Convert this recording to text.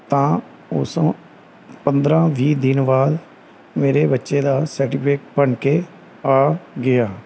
ਤਾਂ ਉਸ ਤੋਂ ਪੰਦਰ੍ਹਾਂ ਵੀਹ ਦਿਨ ਬਾਅਦ ਮੇਰੇ ਬੱਚੇ ਦਾ ਸਰਟੀਫਿਕੇਟ ਬਣ ਕੇ ਆ ਗਿਆ